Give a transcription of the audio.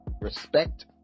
respect